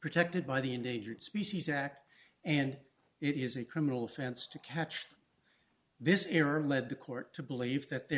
protected by the endangered species act and it is a criminal offense to catch this error and lead the court to believe that there